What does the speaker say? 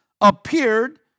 appeared